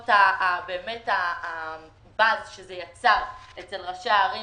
שבעקבות הבאז שזה יצר אצל ראשי הערים